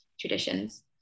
traditions